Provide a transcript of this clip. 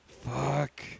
Fuck